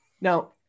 Now